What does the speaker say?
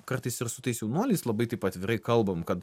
kartais ir su tais jaunuoliais labai taip atvirai kalbam kad